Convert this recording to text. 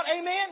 Amen